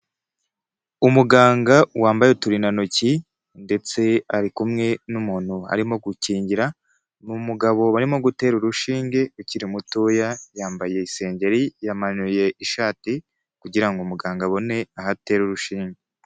Umuganga wambaye uturindantoki, ndetse ari kumwe n'umuntu arimo gukingira n'umugabo barimo gutera urushinge ukiri mutoya yambaye isengeri yamanuye ishati kugirango ngo muganga abone aho atere urushinge.